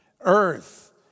earth